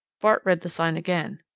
bart read the sign again.